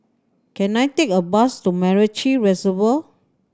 can I take a bus to MacRitchie Reservoir